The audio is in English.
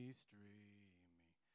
streaming